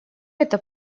это